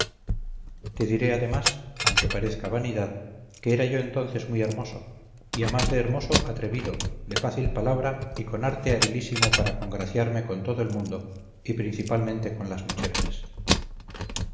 te diré además aunque parezca vanidad que era yo entonces muy hermoso y a más de hermoso atrevido de fácil palabra y con arte habilísimo para congraciarme con todo el mundo y principalmente con las muchachas